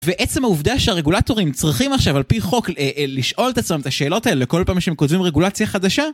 ועצם העובדה שהרגולטורים צריכים עכשיו על פי חוק לשאול את עצמם את השאלות האלה כל פעם שהם כותבים רגולציה חדשה